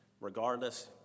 Regardless